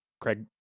Craig